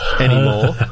anymore